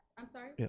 i'm sorry?